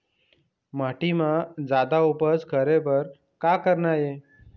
माटी म जादा उपज करे बर का करना ये?